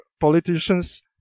politicians